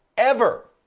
ever.